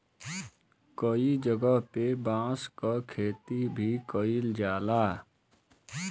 कई जगह पे बांस क खेती भी कईल जाला